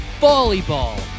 volleyball